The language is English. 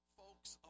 folks